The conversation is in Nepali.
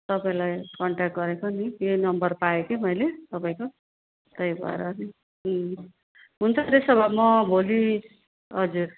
तपाईँलाई कन्ट्याक्ट गरेको नि यही नम्बर पाएँ कि मैले तपाईँको त्यही भएर नि अँ हुन्छ त्यसो भए म भोलि हजुर